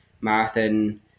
marathon